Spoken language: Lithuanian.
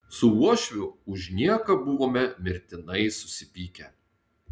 su uošviu už nieką buvome mirtinai susipykę